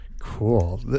Cool